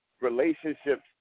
relationships